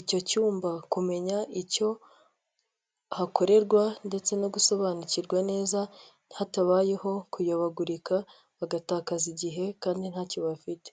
icyo cyumba kumenya icyo hakorerwa ndetse no gusobanukirwa neza hatabayeho kuyobagurika bagatakaza igihe kandi ntacyo bafite.